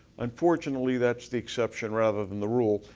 unfortunately, that's the exception rather than the rule.